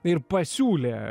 ir pasiūlė